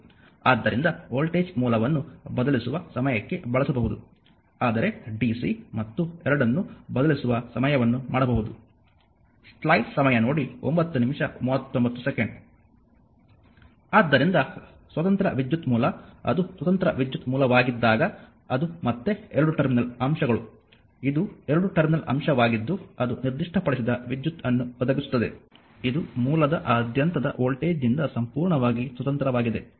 ಆದ್ದರಿಂದ ವೋಲ್ಟೇಜ್ ಮೂಲವನ್ನು ಬದಲಿಸುವ ಸಮಯಕ್ಕೆ ಬಳಸಬಹುದು ಆದರೆ DC ಮತ್ತು ಎರಡನ್ನೂ ಬದಲಿಸುವ ಸಮಯವನ್ನು ಮಾಡಬಹುದು ಆದ್ದರಿಂದ ಸ್ವತಂತ್ರ ವಿದ್ಯುತ್ ಮೂಲ ಅದು ಸ್ವತಂತ್ರ ವಿದ್ಯುತ್ ಮೂಲವಾಗಿದ್ದಾಗ ಅದು ಮತ್ತೆ ಎರಡು ಟರ್ಮಿನಲ್ ಅಂಶಗಳು ಇದು ಎರಡು ಟರ್ಮಿನಲ್ ಅಂಶವಾಗಿದ್ದು ಅದು ನಿರ್ದಿಷ್ಟಪಡಿಸಿದ ವಿದ್ಯುತ್ ಅನ್ನು ಒದಗಿಸುತ್ತದೆ ಇದು ಮೂಲದ ಆದ್ಯಂತದ ವೋಲ್ಟೇಜ್ನಿಂದ ಸಂಪೂರ್ಣವಾಗಿ ಸ್ವತಂತ್ರವಾಗಿದೆ